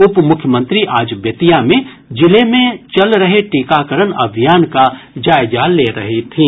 उपमुख्यमंत्री आज बेतिया में जिले में चल रहे टीकाकरण अभियान का जायजा ले रही थीं